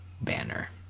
banner